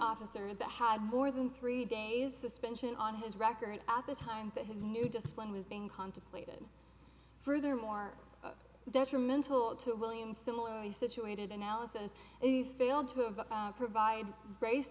officer of the had more than three days suspension on his record at the time that his new discipline was being contemplated furthermore detrimental to william similarly situated analysis he's failed to have provide brace